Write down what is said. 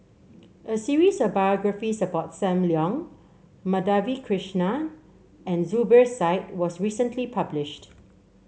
a series of biographies about Sam Leong Madhavi Krishnan and Zubir Said was recently published